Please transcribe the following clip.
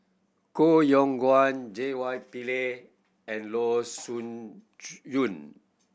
Koh Yong Guan J Y Pillay and Loo Choon Yong